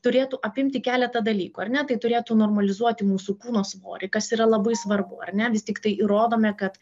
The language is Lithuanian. turėtų apimti keletą dalykų ar ne tai turėtų normalizuoti mūsų kūno svorį kas yra labai svarbu ar ne vis tik tai įrodome kad